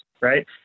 right